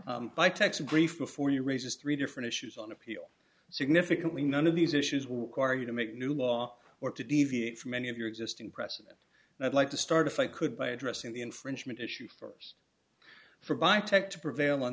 buy tech some grief before you raises three different issues on appeal significantly none of these issues are you to make new law or to deviate from any of your existing precedent and i'd like to start if i could by addressing the infringement issue for us for biotech to prevail on